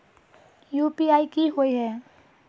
UPI की होय है?